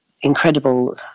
incredible